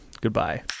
goodbye